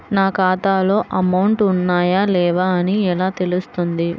నా ఖాతాలో అమౌంట్ ఉన్నాయా లేవా అని ఎలా తెలుస్తుంది?